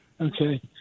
Okay